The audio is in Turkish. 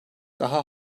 daha